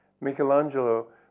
Michelangelo